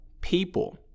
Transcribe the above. people